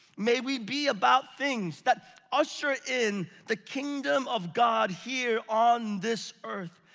may we be about things that usher in the kingdom of god here on this earth.